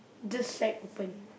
this side open